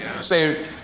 Say